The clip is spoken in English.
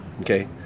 Okay